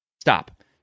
Stop